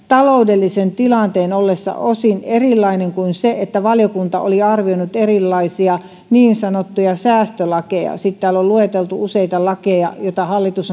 taloudellisen tilanteen ollessa osin erilainen kuin se jossa valiokunta oli arvioinut erilaisia niin sanottuja säästölakeja sitten täällä on lueteltu useita säästölakeja joita hallitus